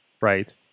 right